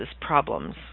problems